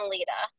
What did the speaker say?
Lita